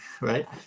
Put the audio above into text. right